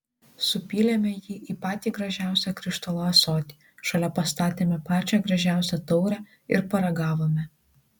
supylėme jį į patį gražiausią krištolo ąsotį šalia pastatėme pačią gražiausią taurę ir paragavome